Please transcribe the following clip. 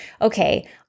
Okay